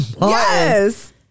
Yes